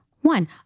one